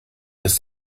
ist